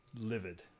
livid